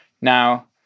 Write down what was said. now